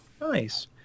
Nice